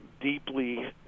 deeply